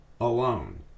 alone